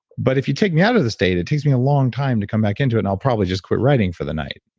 but if you take me out of the state, it takes me a long time to come back into it and i'll probably just quit writing for the night.